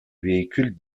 véhicules